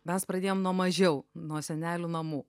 mes pradėjom nuo mažiau nuo senelių namų